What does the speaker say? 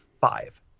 five